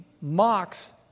mocks